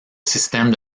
système